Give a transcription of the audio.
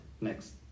next